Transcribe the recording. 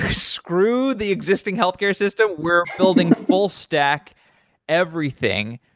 screw the existing healthcare system. we're building full stack everything.